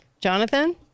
Jonathan